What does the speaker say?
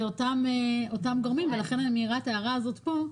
זה אותם גורמים ולכן אני מעירה את ההערה הזאת פה,